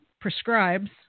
prescribes